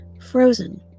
Frozen